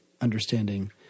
understanding